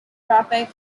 traffic